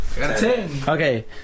Okay